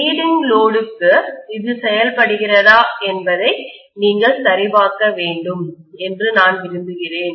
leading லோடுக்கும்முன்னணி சுமைக்கும் இது செயல்படுகிறதா என்பதை நீங்கள் சரிபார்க்க வேண்டும் என்று நான் விரும்புகிறேன்